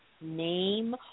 name